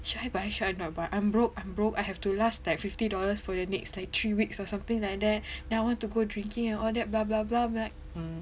should I buy should I no but I'm broke I'm broke I have to last like fifty dollars for the next like three weeks or something like that then I want to go drinking and all that blah blah blah I'm like um